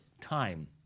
time